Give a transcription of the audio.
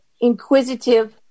inquisitive